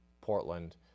Portland